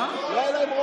מה זה "ביקשתי"?